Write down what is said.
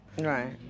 Right